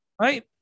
right